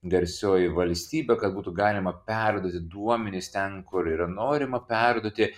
garsioji valstybė kad būtų galima perduoti duomenis ten kur yra norima perduoti